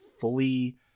fully